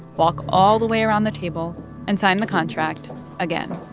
walk all the way around the table and sign the contract again.